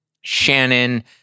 Shannon